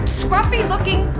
scruffy-looking